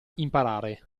imparare